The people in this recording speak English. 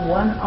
one